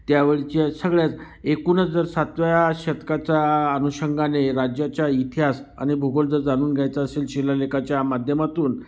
त्यावेळच्या सगळ्याच एकूणच जर सातव्या शतकाच्या अनुषंगाने राज्याचा इतिहास आनि भूगोल जर जाणून घ्यायचा असेल शिलालेखाच्या माध्यमातून